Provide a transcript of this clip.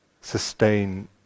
sustain